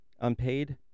Unpaid